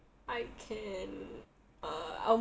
I can uh I'll